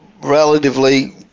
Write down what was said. relatively